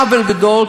עוול גדול,